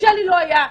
לשלי לא היה,